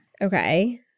Okay